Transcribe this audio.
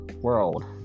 world